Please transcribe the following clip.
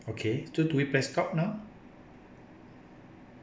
okay so do we press stop now